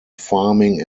farming